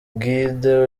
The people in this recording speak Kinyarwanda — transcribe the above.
guide